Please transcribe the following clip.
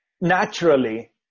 naturally